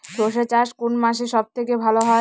সর্ষে চাষ কোন মাসে সব থেকে ভালো হয়?